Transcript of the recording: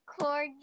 corgi